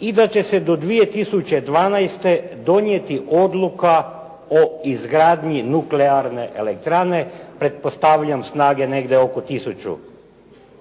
i da će se do 2012. donijeti odluka o izgradnji nuklearne elektrane pretpostavljam snage negdje oko tisuću.